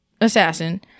assassin